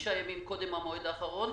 חמישה ימים קודם המועד האחרון,